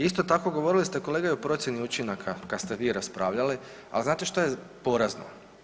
Isto tako govorili ste kolega i o procjeni učinaka kad ste vi raspravljali, ali znate šta je porazno.